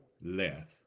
left